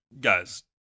guys